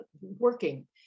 working